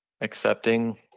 accepting